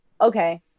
okay